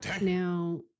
Now